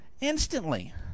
instantly